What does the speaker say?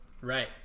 Right